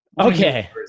Okay